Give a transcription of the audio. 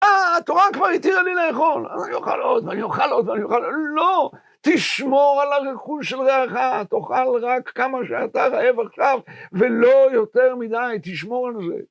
התורה כבר התירה לי לאכול, אני אוכל עוד, ואני אוכל עוד, ואני אוכל עוד, לא, תשמור על הרכוש של ריעך, תאכל רק כמה שאתה חרעב עכשיו, ולא יותר מדי, תשמור על זה.